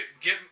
Get